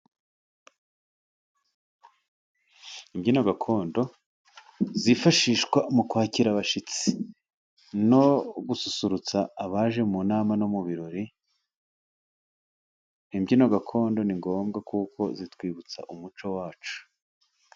Imbyino gakondo zifashishwa mu kwakira abashyitsi, no gususurutsa abaje mu nama no mu birori, imbyino gakondo ni ngombwa kuko zitwibutsa umuco wacu.